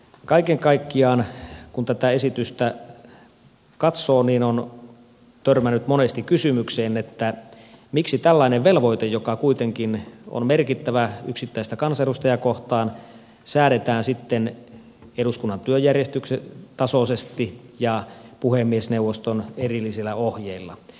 kaiken kaikkiaan kun tätä esitystä on katsonut on törmännyt monesti kysymykseen miksi tällainen velvoite joka kuitenkin on merkittävä yksittäistä kansanedustajaa kohtaan säädetään eduskunnan työjärjestyksen tasoisesti ja puhemiesneuvoston erillisillä ohjeilla